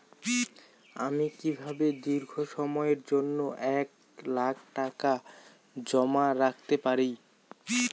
আমি কিভাবে দীর্ঘ সময়ের জন্য এক লাখ টাকা জমা করতে পারি?